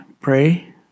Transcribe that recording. pray